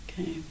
Okay